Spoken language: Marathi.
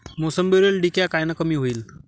मोसंबीवरील डिक्या कायनं कमी होईल?